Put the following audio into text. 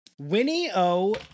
Winnie-O